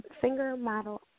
singer-model